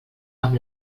amb